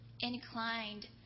inclined